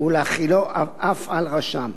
ולהחילו אף על רשם.